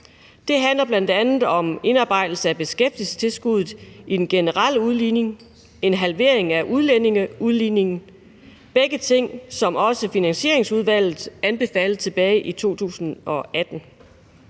Det handler bl.a. om indarbejdelse af beskæftigelsestilskuddet i den generelle udligning og en halvering af udlændingeudligningen – begge dele er ting, som også finansieringsudvalget anbefalede tilbage i 2018.